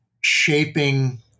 shaping